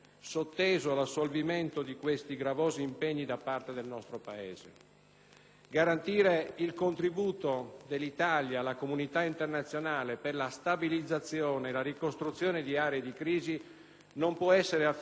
Garantire il contributo dell'Italia alla comunità internazionale per la stabilizzazione e la ricostruzione di aree di crisi non può essere affidato, infatti, unicamente alla presenza militare, al cosiddetto impegno operativo.